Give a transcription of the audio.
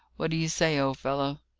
what do you say, old fellow?